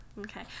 Okay